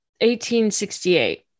1868